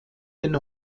den